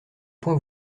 point